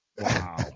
wow